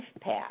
path